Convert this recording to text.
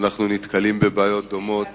ואנו נתקלים בבעיות דומות